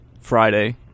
friday